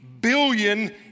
billion